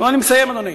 לא, אני מסיים, אדוני.